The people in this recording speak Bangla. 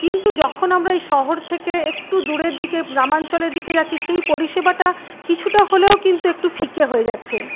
কিন্তু যখন আমরা এই শহর থেকে একটু দূরের দিকে গ্রামাঞ্চলের দিকে যাচ্ছি সেই পরিষেবাটা কিছুটা হলেও কিন্তু একটু ফিকে হয়ে যাচ্ছে